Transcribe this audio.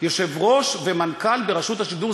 יושב-ראש ומנכ"ל ברשות השידור,